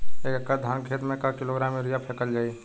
एक एकड़ धान के खेत में क किलोग्राम यूरिया फैकल जाई?